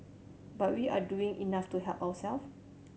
but we are doing enough to help ourself